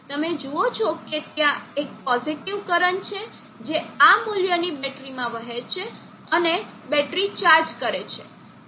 તમે જુઓ છો કે ત્યાં એક પોઝિટીવ કરંટ છે જે આ મૂલ્યની બેટરીમાં વહે છે અને બેટરી ચાર્જ કરે છે